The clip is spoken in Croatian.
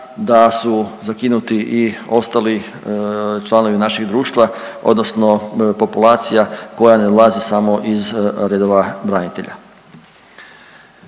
da su zakinuti i ostali članovi našeg društva, odnosno populacija koja ne ulazi samo iz redova branitelja.